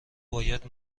باید